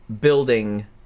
building